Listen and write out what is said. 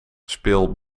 speel